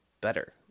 better